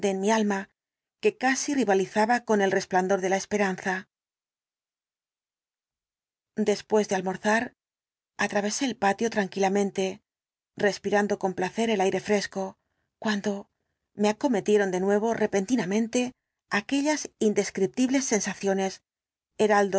alma que casi rivalizaba con el resplandor de la esperanza después de almorzar atravesé el patio tranquilamente respirando con placer el aire fresco cuando me acometieron de nuevo repentinamente aquellas